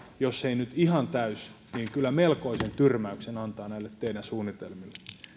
jos ei nyt ihan täys niin kyllä melkoisen tyrmäyksen antoi näille teidän suunnitelmillenne hän